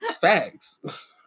Facts